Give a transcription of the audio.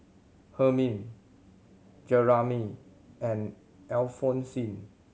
Hermine Jeramy and Alphonsine